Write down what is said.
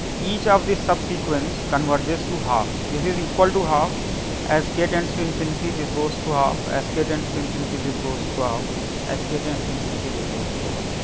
each of this subsequence converges to half, this is equal to half as k tends to infinity, this goes to half as k tends to infinity, this goes to half as k tends to infinity this goes to half